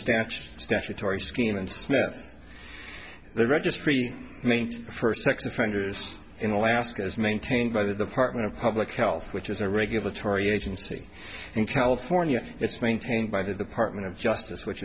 stanch statutory scheme and smith registry maint first sex offenders in alaska is maintained by the department of public health which is a regulatory agency in california it's maintained by the department of justice which